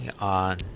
on